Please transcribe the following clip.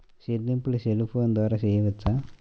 చెల్లింపులు cell phone ద్వారా చేయవచ్చా?